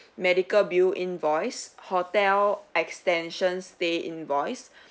medical bill invoice hotel extension stay invoice